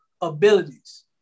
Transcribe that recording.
abilities